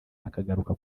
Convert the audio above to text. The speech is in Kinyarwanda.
akagaruka